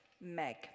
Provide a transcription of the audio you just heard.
Meg